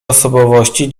osobowości